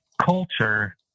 culture